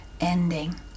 ending